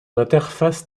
interface